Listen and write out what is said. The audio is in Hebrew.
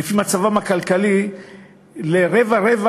לפי מצבם הכלכלי לרבעים,